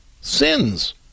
sins